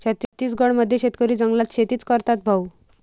छत्तीसगड मध्ये शेतकरी जंगलात शेतीच करतात भाऊ